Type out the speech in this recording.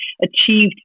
achieved